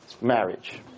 marriage